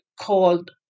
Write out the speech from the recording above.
called